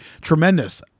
tremendous